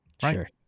sure